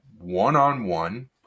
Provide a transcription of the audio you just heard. one-on-one